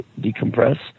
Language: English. decompress